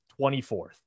24th